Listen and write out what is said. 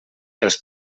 els